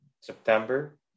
September